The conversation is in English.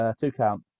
two-count